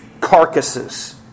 carcasses